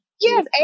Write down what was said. Yes